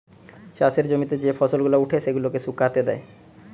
চাষের জমিতে যে ফসল গুলা উঠে সেগুলাকে শুকাতে দেয়